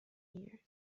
here